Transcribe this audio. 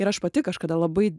ir aš pati kažkada labai